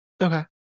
Okay